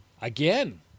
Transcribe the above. again